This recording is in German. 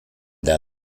der